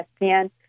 ESPN